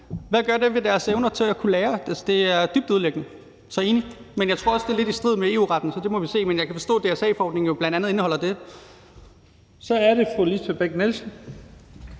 Hvad gør det ved deres evner til at kunne lære? Det er dybt ødelæggende. Så jeg er enig. Men jeg tror også, det er lidt i strid med EU-retten, så det må vi se. Men jeg kan forstå, at DSA-forordningen jo bl.a. indeholder det. Kl. 15:55 Første næstformand